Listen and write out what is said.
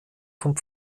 vom